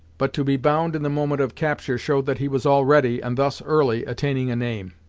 but to be bound in the moment of capture showed that he was already, and thus early, attaining a name.